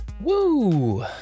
Woo